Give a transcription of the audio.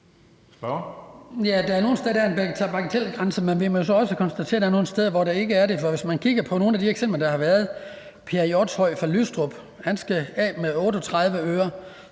der er nogle steder, hvor der er en bagatelgrænse, men vi må så også konstatere, at der er nogle steder, hvor der ikke er det. Lad os kigge på nogle af de eksempler, der har været. Per Hjortshøj fra Lystrup skal af med 38 øre,